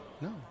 No